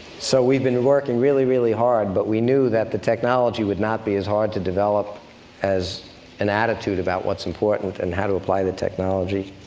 so we've been working really, really hard, but we knew that the technology would not be as hard to develop as an attitude about what's important, and how to apply the technology.